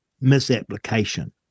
misapplication